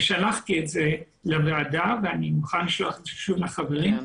ושלחתי את זה לוועדה ואני מוכן לשלוח את זה שוב לחברים,